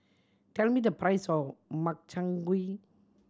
tell me the price of Makchang Gui